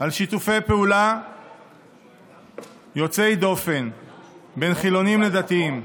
בשיתופי פעולה יוצאי דופן בין חילונים לדתיים,